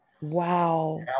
Wow